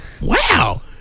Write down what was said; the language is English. wow